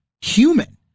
human